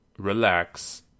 relax